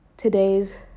today's